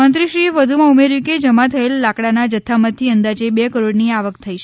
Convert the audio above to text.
મંત્રીશ્રીએ વધુમાં ઉમેર્યું કે જમા થયેલ લાકડાના જથ્થામાંથી અંદાજે બે કરોડની આવક થઇ છે